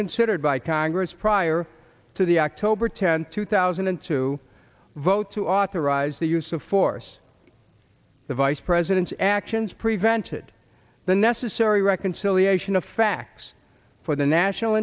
considered by congress prior to the october tenth two thousand and two vote to authorize the use of force the vice president's actions prevented the necessary raw conciliation of facts for the national